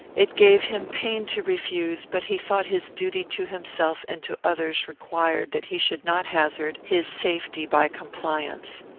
it gave him pain to refuse, but he thought his duty to himself and to others required that he should not hazard his safety by compliance.